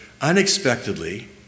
unexpectedly